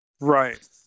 Right